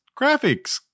graphics